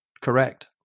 Correct